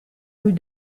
rue